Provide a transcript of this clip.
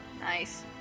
Nice